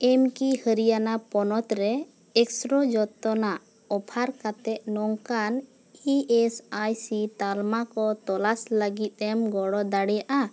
ᱟᱢᱠᱤ ᱦᱚᱨᱤᱭᱟᱱᱟ ᱯᱚᱱᱚᱛᱨᱮ ᱮᱠᱥᱨᱮ ᱡᱷᱚᱛᱚᱱᱟᱜ ᱚᱯᱷᱟᱨ ᱠᱟᱛᱮᱫ ᱱᱚᱝᱠᱟᱱ ᱤ ᱮᱥ ᱟᱭ ᱥᱤ ᱛᱟᱞᱢᱟ ᱠᱚ ᱛᱚᱞᱟᱥ ᱞᱟᱹᱜᱤᱫ ᱮᱢ ᱜᱚᱲᱚ ᱫᱟᱲᱤᱭᱟᱜᱼᱟ